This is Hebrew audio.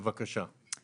בבקשה.